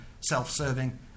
self-serving